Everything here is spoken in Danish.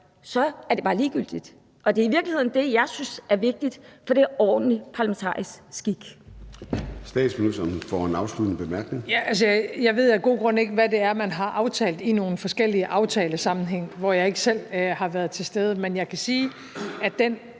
så er det bare ligegyldigt. Og det er i virkeligheden det, jeg synes er vigtigt, for det er ordentlig parlamentarisk skik. Kl. 13:41 Formanden (Søren Gade): Statsministeren for en afsluttende bemærkning. Kl. 13:41 Statsministeren (Mette Frederiksen): Jeg ved af gode grunde ikke, hvad det er, man har aftalt i nogle forskellige aftalesammenhænge, hvor jeg ikke selv har været til stede. Men jeg kan sige, at den